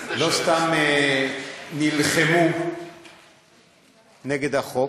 לא סתם נלחמו נגד החוק,